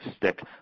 stick